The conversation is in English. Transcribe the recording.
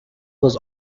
was